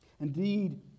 Indeed